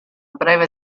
breve